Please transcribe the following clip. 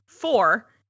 four